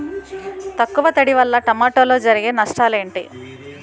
తక్కువ తడి వల్ల టమోటాలో జరిగే నష్టాలేంటి?